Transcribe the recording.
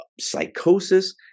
psychosis